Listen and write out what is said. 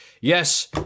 Yes